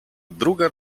druga